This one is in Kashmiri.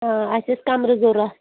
آ اَسہِ ٲسۍ کَمرٕ ضوٚرَتھ